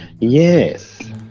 Yes